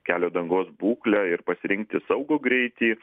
kelio dangos būklę ir pasirinkti saugų greitį